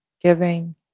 giving